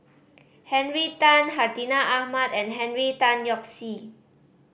Henry Tan Hartinah Ahmad and Henry Tan Yoke See